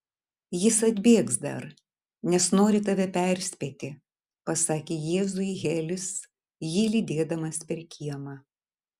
jis atbėgs dar nes nori tave perspėti pasakė jėzui helis jį lydėdamas per kiemą